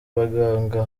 abaganga